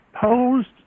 posed